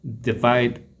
divide